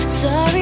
sorry